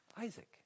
Isaac